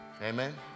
Amen